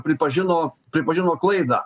pripažino pripažino klaidą